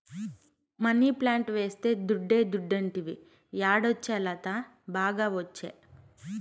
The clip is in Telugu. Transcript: మనీప్లాంట్ వేస్తే దుడ్డే దుడ్డంటివి యాడొచ్చే లత, బాగా ఒచ్చే